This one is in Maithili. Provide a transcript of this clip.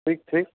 ठीक ठीक